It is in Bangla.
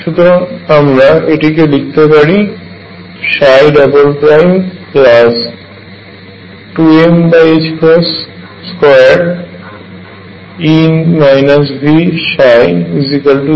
সুতরাং আমরা এটিকে লিখতে পারি 2m2E Vψ0